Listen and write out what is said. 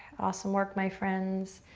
awesome work, my friends.